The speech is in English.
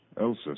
Elsa